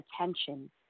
attention